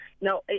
No